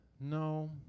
No